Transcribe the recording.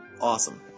Awesome